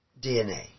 DNA